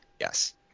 Yes